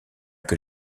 que